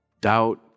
doubt